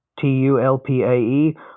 T-U-L-P-A-E